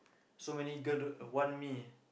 so many girl don't want me